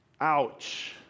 Ouch